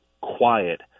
quiet